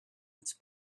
its